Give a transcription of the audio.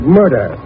murder